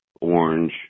orange